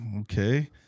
okay